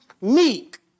meek